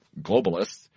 globalists